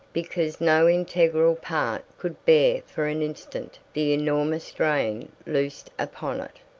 because no integral part could bear for an instant the enormous strain loosed upon it.